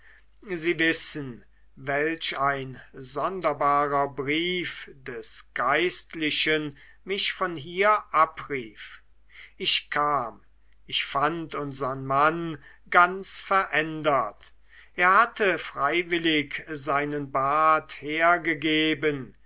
sie wissen welch ein sonderbarer brief des geistlichen mich von hier abrief ich kam ich fand unsern mann ganz verändert er hatte freiwillig seinen bart hergegeben